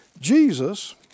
Jesus